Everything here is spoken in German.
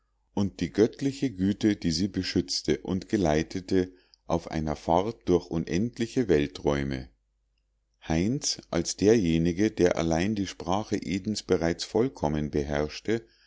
und die göttliche güte die sie beschützte und geleitete auf einer fahrt durch unendliche welträume heinz als derjenige der allein die sprache edens bereits vollkommen beherrschte